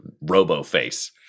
robo-face